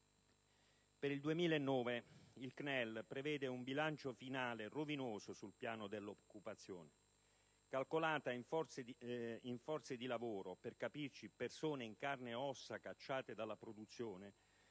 Per il 2009 il CNEL prevede un bilancio finale rovinoso sul piano dell'occupazione, calcolata in forze di lavoro - per capirci, persone in carne ed ossa - cacciate dalla produzione,